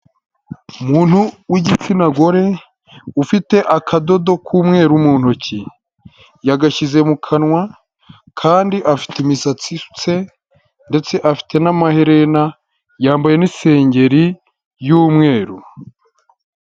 Umuntu w'igitsina gore, ufite akadodo k'umweru mu ntoki, yagashyize mu kanwa kandi afite imisatsi isutse ndetse afite n'amaherena, yambaye n'isengeri y'umweru.